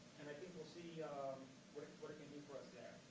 and i think we'll see what it what it can do for us there.